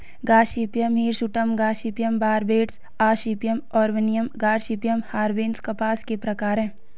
Gossypium hirsutum, Gossypium barbadense, Gossypium arboreum, Gossypium herbaceum कपास के प्रकार है